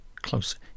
Close